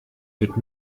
wird